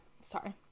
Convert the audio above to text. sorry